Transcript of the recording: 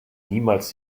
niemals